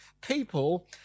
people